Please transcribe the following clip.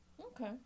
Okay